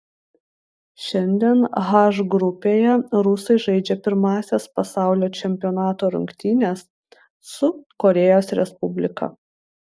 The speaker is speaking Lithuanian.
šiandien h grupėje rusai žaidžia pirmąsias pasaulio čempionato rungtynes su korėjos respublika